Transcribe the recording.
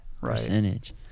percentage